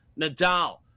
Nadal